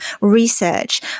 research